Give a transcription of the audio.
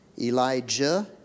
Elijah